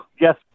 Yes